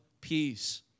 peace